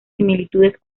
similitudes